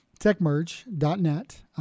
techmerge.net